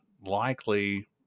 likely